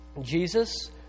Jesus